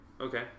okay